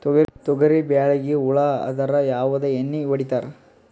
ತೊಗರಿಬೇಳಿಗಿ ಹುಳ ಆದರ ಯಾವದ ಎಣ್ಣಿ ಹೊಡಿತ್ತಾರ?